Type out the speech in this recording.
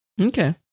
Okay